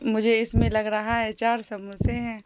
مجھے اس میں لگ رہا ہے چار سموسے ہیں